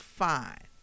fine